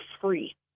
free